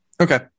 okay